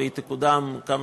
והיא תקודם מהר ככל